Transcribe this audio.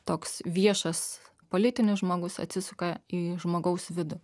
toks viešas politinis žmogus atsisuka į žmogaus vidų